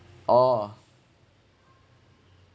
oh